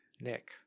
Nick